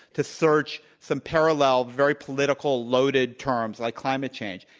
to search some parallel, very political loaded terms like climate change.